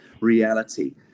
reality